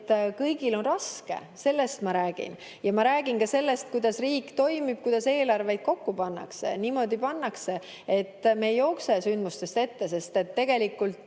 kõigil on raske, sellest ma räägin. Ma räägin ka sellest, kuidas riik toimib, kuidas eelarveid kokku pannakse – niimoodi pannakse, et me ei jookse sündmustest ette, sest tegelikult